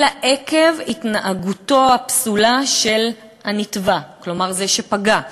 אלא עקב התנהגותו הפסולה של הנתבע, כלומר זה שפגע: